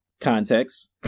Context